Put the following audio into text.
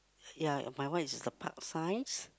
ya my one is the park size